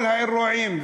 כל האירועים,